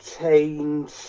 change